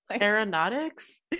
Aeronautics